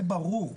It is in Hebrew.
זה ברור.